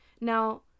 Now